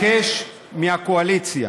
מבקש מהקואליציה